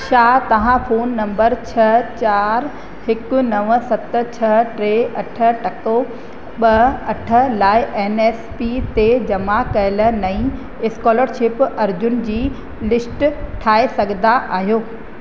छा तव्हां phone number छह चारि हिकु नव सत छह टे अठ टको ॿ अठ लाइ एन एस पी ते जमा कयल नई स्कॉलरशिप अर्ज़ियुनि जी लिस्ट ठाहे सघंदा आहियो